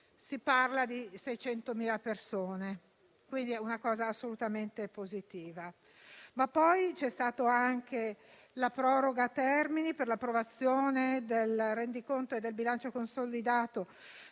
(si parla di 600.000 persone). Quindi è una cosa assolutamente positiva. C'è stata anche la proroga dei termini per l'approvazione del rendiconto e del bilancio consolidato